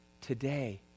today